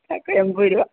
ചക്ക എൺപതു രൂപ